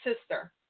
sister